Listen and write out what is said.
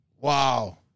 Wow